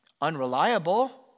unreliable